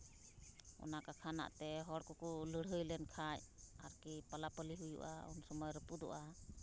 ᱚᱱᱟ ᱠᱟᱛᱷᱟ ᱨᱮᱱᱟᱜ ᱛᱮ ᱦᱚᱲ ᱠᱚᱠᱚ ᱞᱟᱹᱲᱦᱟᱹᱭ ᱞᱮᱱ ᱠᱷᱟᱱ ᱟᱨᱠᱤ ᱯᱟᱞᱟᱼᱯᱟᱹᱞᱤ ᱦᱩᱭᱩᱜᱼᱟ ᱩᱱ ᱥᱚᱢᱚᱭ ᱨᱟᱹᱯᱩᱫᱚᱜᱼᱟ